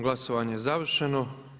Glasovanje je završeno.